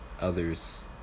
others